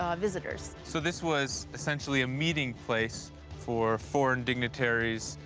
um visitors. so this was essentially a meeting place for foreign dignitaries,